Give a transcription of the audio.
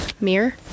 mirror